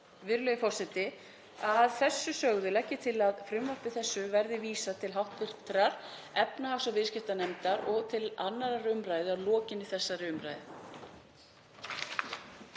Virðulegi forseti. Að þessu sögðu legg ég til að frumvarpi þessu verði vísað til hv. efnahags- og viðskiptanefndar og til 2. umræðu að lokinni þessari umræðu.